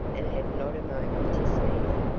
and had not a moment to spare,